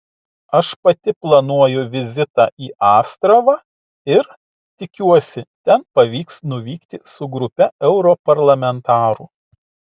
aš pati planuoju vizitą į astravą ir tikiuosi ten pavyks nuvykti su grupe europarlamentarų